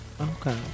Okay